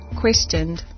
questioned